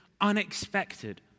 unexpected